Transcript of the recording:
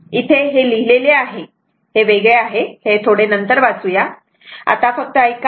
इथे हे लिहिलेले आहे हे वेगळे आहे हे थोडे नंतर वाचूया परंतु आता फक्त ऐका